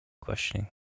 questioning